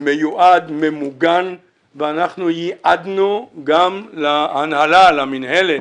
ממוגן ואנחנו ייעדנו גם להנהלה, למינהלת